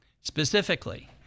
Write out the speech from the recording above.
Specifically